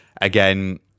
Again